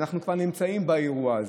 אנחנו כבר נמצאים באירוע הזה.